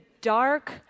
dark